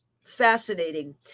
fascinating